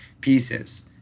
pieces